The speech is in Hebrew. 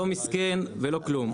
לא מסכן ולא כלום,